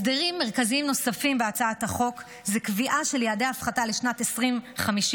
הסדרים מרכזיים נוספים בהצעת החוק הם קביעה של יעדי ההפחתה לשנת 2050,